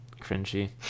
cringy